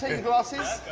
glasses.